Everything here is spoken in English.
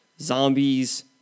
Zombies